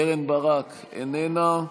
קרן ברק, איננה,